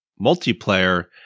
multiplayer